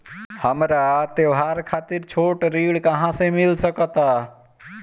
हमरा त्योहार खातिर छोट ऋण कहाँ से मिल सकता?